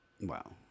Wow